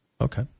Okay